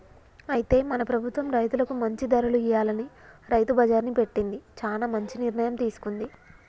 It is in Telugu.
అయితే మన ప్రభుత్వం రైతులకు మంచి ధరలు ఇయ్యాలని రైతు బజార్ని పెట్టింది చానా మంచి నిర్ణయం తీసుకుంది